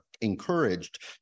encouraged